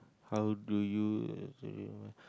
how do you